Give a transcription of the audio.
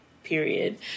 period